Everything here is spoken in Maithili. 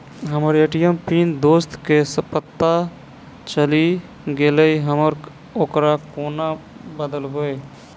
हम्मर ए.टी.एम पिन दोसर केँ पत्ता चलि गेलै, हम ओकरा कोना बदलबै?